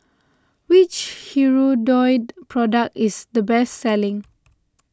which Hirudoid product is the best selling